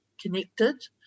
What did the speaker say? connected